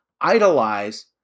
idolize